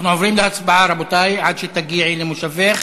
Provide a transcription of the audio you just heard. אנחנו עוברים להצבעה, רבותי, עד שתגיעי למושבך.